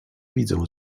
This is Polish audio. widzę